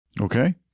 Okay